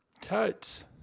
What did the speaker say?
Totes